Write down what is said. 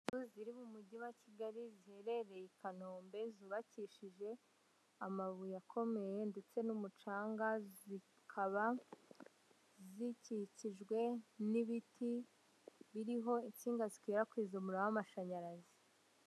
Inzu ziri mu mujyi wa Kigali ziherereye i Kanombe zubakishije amabuye akomeye ndetse n'umucanga, zikaba zikikijwe n'ibiti biriho insinga zikwirakwiza umuriro w'amashanyarazi.